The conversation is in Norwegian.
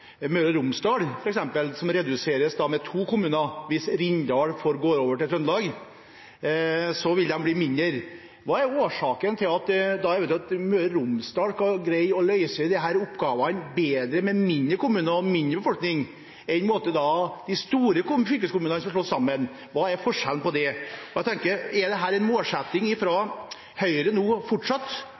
Møre og Romsdal, f.eks., som reduseres med to kommuner hvis Rindal går over til Trøndelag, vil bli mindre. Hva er årsaken til at Møre og Romsdal kan greie å løse disse oppgavene bedre med færre kommuner og mindre befolkning enn de store fylkeskommunene som slås sammen? Hva er forskjellen på det? Jeg tenker – er det en målsetting fra Høyre fortsatt